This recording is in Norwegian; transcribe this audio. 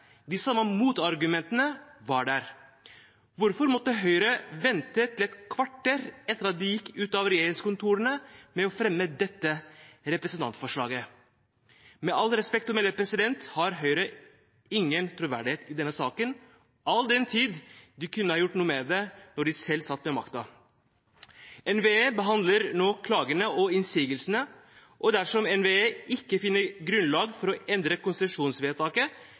De samme motargumentene var der. Hvorfor måtte Høyre vente til et kvarter etter at de gikk ut av regjeringskontorene, med å fremme dette representantforslaget? Med all respekt å melde har Høyre ingen troverdighet i denne saken, all den tid de kunne ha gjort noe med det da de selv satt med makten. NVE behandler nå klagene og innsigelsene, og dersom NVE ikke finner grunnlag for å endre konsesjonsvedtaket,